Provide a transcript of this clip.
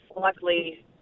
luckily